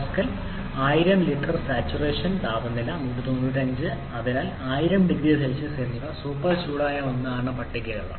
4 MPa 1000 litre saturation താപനില 195 അതിനാൽ 1000 0C എന്നിവ സൂപ്പർ ചൂടായ ഒന്നാണെങ്കിൽ പട്ടികകളാണ്